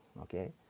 okay